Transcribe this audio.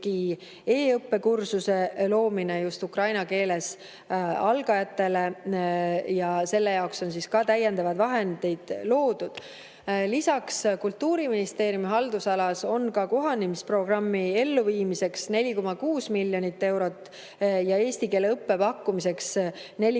e-õppe kursuse loomine just ukraina keeles algajatele ja selle jaoks on ka täiendavaid vahendeid loodud. Lisaks, Kultuuriministeeriumi haldusalas on ka kohanemisprogrammi elluviimiseks 4,6 miljonit eurot ja eesti keele õppe pakkumiseks 4,5